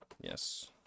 Yes